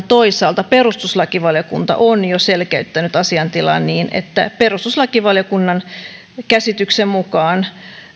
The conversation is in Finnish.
toisaalta perustuslakivaliokunta on jo selkeyttänyt asiaintilaa niin että perustuslakivaliokunnan käsityksen mukaan